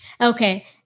Okay